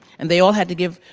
and they all had to give,